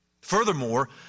Furthermore